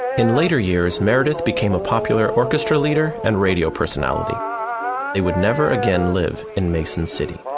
in later years, meredith became a popular orchestra leader and radio personality they would never again live in mason city.